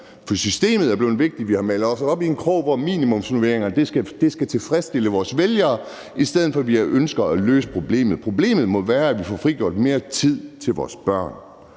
for systemet er blevet vigtigt. Vi har malet os op i en krog, hvor minimumsnormeringer skal tilfredsstille vores vælgere, i stedet for at vi ønsker at løse problemet. Problemet må være, hvordan vi får frigjort mere tid til vores børn.